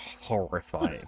horrifying